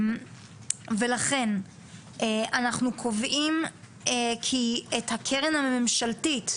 אנחנו קובעים שאת הקרן הממשלתית